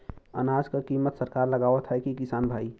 अनाज क कीमत सरकार लगावत हैं कि किसान भाई?